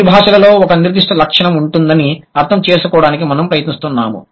ఎన్ని భాషలలో ఒక నిర్దిష్ట లక్షణం ఉంటుందని అర్థం చేసుకోవడానికి మనము ప్రయత్నిస్తున్నాము